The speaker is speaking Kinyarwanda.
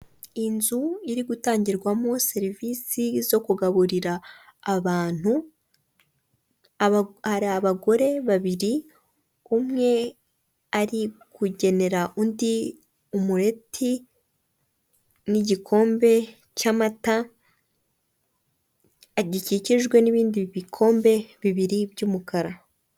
Inzu iri gutangirwamo serivisi zo kugaburira abantu hari abagore babiri ,umwe ari kugenera undi umureti n'igikombe cy'amata gikikijwe n'ibindi bikombe bibiri by'umukara.